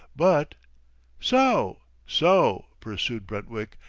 but so! so! pursued brentwick,